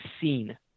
seen